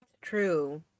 true